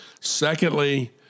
Secondly